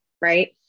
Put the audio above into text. Right